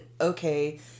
okay